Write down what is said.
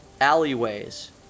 alleyways